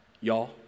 y'all